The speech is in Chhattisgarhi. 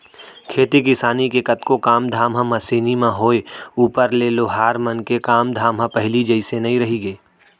खेती किसानी के कतको काम धाम ह मसीनी म होय ऊपर ले लोहार मन के काम धाम ह पहिली जइसे नइ रहिगे